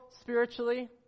spiritually